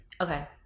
Okay